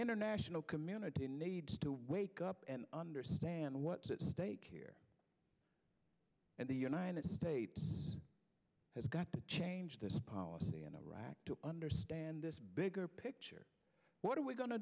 international community needs to wake up and understand what's at stake here and the united states has got to change this policy in iraq to understand this bigger picture what are we go